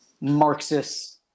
Marxist